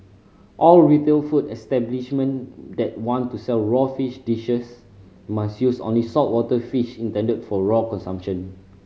all retail food establishment that want to sell raw fish dishes must use only saltwater fish intended for raw consumption